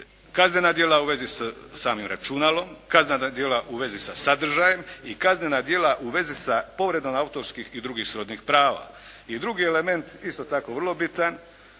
kaznena djela u vezi sa samim računalom, kaznena djela u vezi sa sadržajem i kaznena djela u vezi sa povredom autorskih i drugih srodnih prava. I drugi element isto tako vrlo bitan,